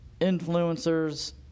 influencers